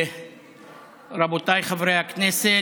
רבותיי חברי הכנסת,